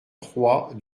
trois